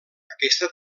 aquesta